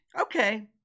Okay